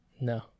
No